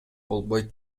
болбойт